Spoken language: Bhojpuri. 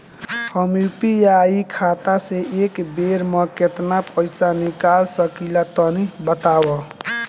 हम यू.पी.आई खाता से एक बेर म केतना पइसा निकाल सकिला तनि बतावा?